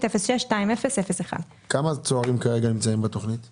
בסך הכול שאתם רואים, יש הצלחה בתכניות האלה?